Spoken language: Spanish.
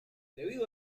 debido